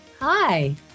Hi